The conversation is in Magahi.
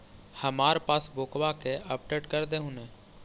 हमार पासबुकवा के अपडेट कर देहु ने?